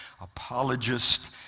apologist